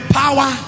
power